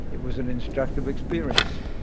it was an instructive experience.